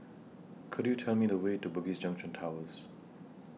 Could YOU Tell Me The Way to Bugis Junction Towers